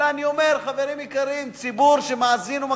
אלא אני אומר, חברים יקרים, ציבור שמאזין ומקשיב,